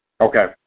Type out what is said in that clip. Okay